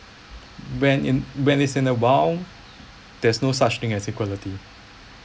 when in when this in a wild there's no such thing as a quality